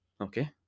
Okay